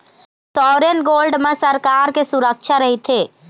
sovereign gold म सरकार के सुरक्छा रहिथे